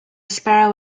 sparrow